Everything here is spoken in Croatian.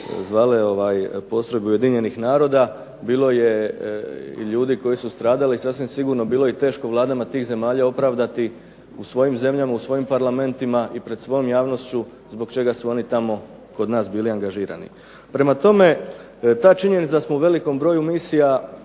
zvala postrojbe Ujedinjenih naroda, bilo je ljudi koji su stradali i sasvim sigurno bilo je teško vladama tih zemljama opravdati u svojim zemljama, u svojim parlamentima i pred svojom javnošću zbog čega su oni tamo kod nas bili angažirani. Prema tome, ta činjenica da smo u velikom broju misija